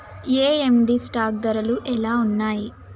AMD stock ధరలు ఎలా ఉన్నాయి